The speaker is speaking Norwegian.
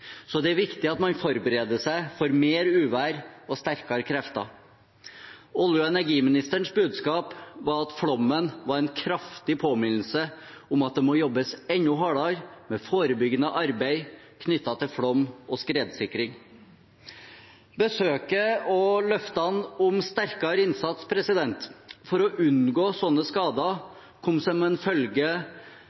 så det er viktig at man forbereder seg på mer uvær og sterkere krefter. Olje- og energiministerens budskap var at flommen var en kraftig påminnelse om at det må jobbes enda hardere med forebyggende arbeid knyttet til flom og skredsikring. Besøket og løftene om sterkere innsats for å unngå slike skader som en følge